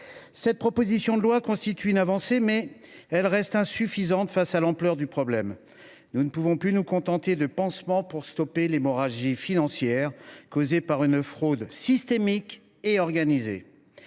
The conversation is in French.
présente proposition de loi constitue une avancée, mais elle demeure insuffisante face à l’ampleur du problème. Nous ne pouvons plus nous contenter de pansements pour stopper l’hémorragie financière causée par une fraude systémique et organisée.